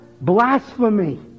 blasphemy